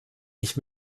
ich